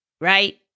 right